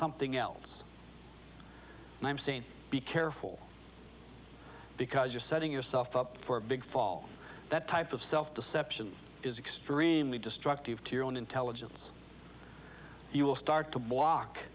something else and i'm saying be careful because you're setting yourself up for a big fall that type of self deception is extremely destructive to your own intelligence you will start to block